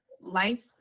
life